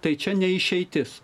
tai čia ne išeitis